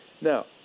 Now